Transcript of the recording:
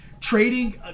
trading